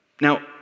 Now